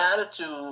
attitude